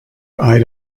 eyed